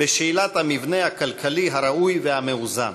בשאלת המבנה הכלכלי הראוי והמאוזן.